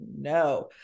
no